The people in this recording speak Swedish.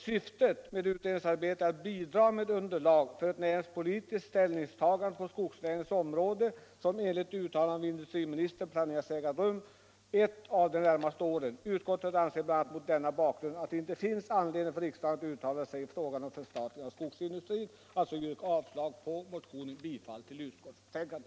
Syftet med utredningsarbetet är att bidra med underlag för ett näringspolitiskt ställningstagande på skogsnäringens område som enligt uttalande av industriministern planeras äga rum ett av de närmaste åren. Utskottet anser bl.a. mot denna bakgrund att det inte finns anledning för riksdagen att uttala sig i fråga om förstatligande av skogsindustrin.” Vi vill alltså avslå motionen och jag yrkar bifall till utskottets betänkande.